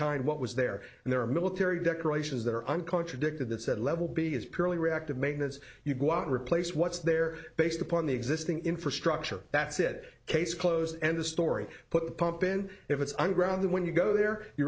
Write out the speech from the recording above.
kind what was there and there are military decorations that are uncontradicted that said level b is purely reactive maintenance you go out replace what's there based upon the existing infrastructure that's it case closed and the story put the pump in if it's i'm grounded when you go there you